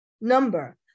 number